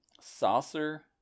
saucer